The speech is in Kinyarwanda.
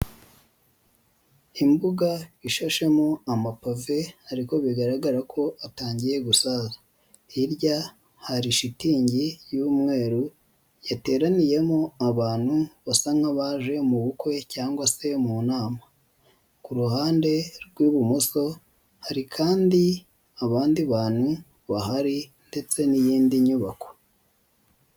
Imbuga ishashemo amapave ariko bigaragara ko atangiye gusaza, hirya hari shitingi y'umweru yateraniyemo abantu basa nk'abaje mu bukwe cyangwa se mu nama, ku ruhande rw'ibumoso hari kandi abandi bantu bahari ndetse n'iyindi nyubako.